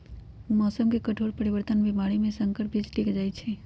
मौसम के कठोर परिवर्तन और बीमारी में संकर बीज टिक जाई छई